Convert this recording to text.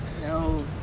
No